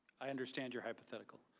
i understand your hypothetical.